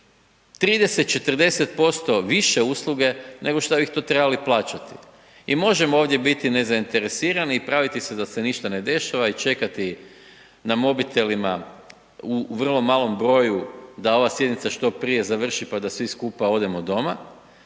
30, 40% više usluge, nego što bi to trebali plaćati. I možemo ovdje biti nezainteresirani i praviti se da se ništa ne dešava i čekati na mobitelima u vrlo malom broju, da ova sjednica što prije završi pa da svi skupa odemo doma,